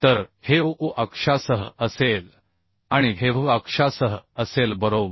तर हे U U अक्षासह असेल आणि हे V V अक्षासह असेल बरोबर